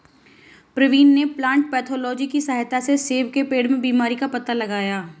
प्रवीण ने plant pathology की सहायता से सेब के पेड़ में बीमारी का पता लगाया